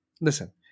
Listen